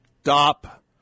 stop